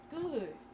good